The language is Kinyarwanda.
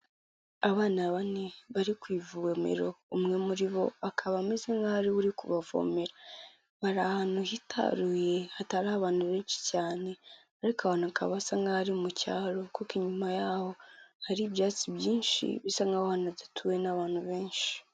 Abana bane bari ku ivomero umwe muri bo akaba ameze nk'aho ari we uri kubavomera, bari ahantu hitaruye hatari abantu benshi cyane ariko aho hantu hakaba hasa nk'aho ari mu cyaro kuko inyuma yaho hari ibyatsi byinshi bisa nk'aho hadatuwe n'abantu benshi.